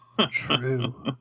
True